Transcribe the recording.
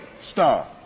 star